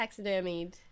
taxidermied